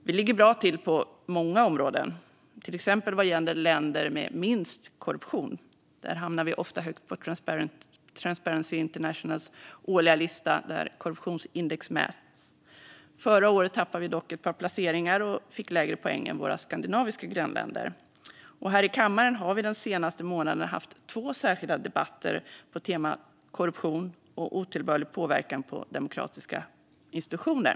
Vi ligger bra till på många områden, till exempel vad gäller länder med minst korruption - vi hamnar ofta högt på Transparency Internationals årliga lista, där korruption mäts. Förra året tappade vi dock ett par placeringar och fick lägre poäng än våra skandinaviska grannländer. Här i kammaren har vi den senaste månaden haft två särskilda debatter på temat korruption och otillbörlig påverkan på demokratiska institutioner.